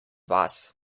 vas